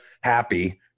happy